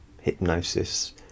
hypnosis